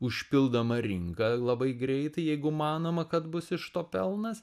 užpildoma rinka labai greitai jeigu manoma kad bus iš to pelnas